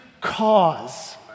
cause